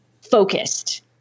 focused